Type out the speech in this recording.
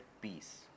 peace